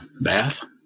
bath